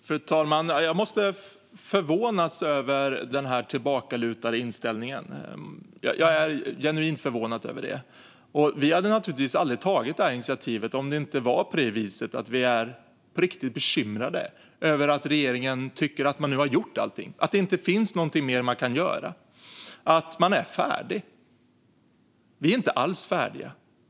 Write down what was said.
Fru talman! Jag måste säga att jag förvånas över den här tillbakalutade inställningen. Jag är genuint förvånad över den. Vi hade naturligtvis aldrig väckt det här initiativet om vi inte var bekymrade, på riktigt, över att regeringen tycker att man nu har gjort allting - att det inte finns någonting mer att göra och att man är färdig. Vi är inte alls färdiga.